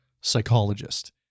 psychologist